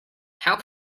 how